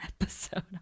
episode